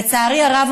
לצערי הרב,